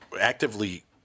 actively